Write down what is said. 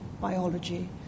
biology